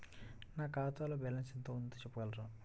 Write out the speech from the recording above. నా ఖాతాలో బ్యాలన్స్ ఎంత ఉంది చెప్పగలరా?